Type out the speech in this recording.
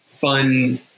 fun